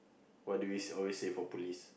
what do we always say for police